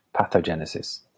pathogenesis